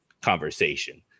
conversation